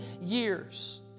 years